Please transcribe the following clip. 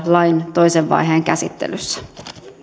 lain toisen vaiheen käsittelyssä